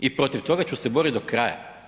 I protiv toga ću se boriti do kraja.